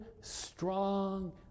strong